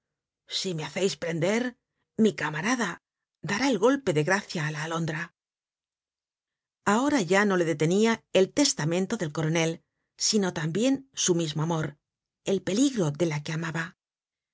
si me hacéis prender mi eamarada dará el golpe de gracia á la alondra ahora ya no le detenia el testamento del coronel sino tambien su mismo amor el peligro de la que amaba